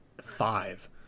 five